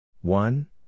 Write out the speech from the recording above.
One